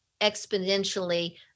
exponentially